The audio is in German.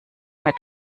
mit